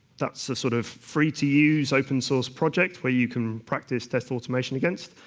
that's a sort of free-to-use open source project where you can practise desk automation against.